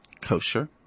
kosher